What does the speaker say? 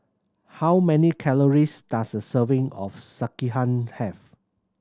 how many calories does a serving of Sekihan have